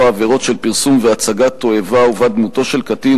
עבירות של פרסום והצגת תועבה ובה דמותו של קטין,